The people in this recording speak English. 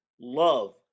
Love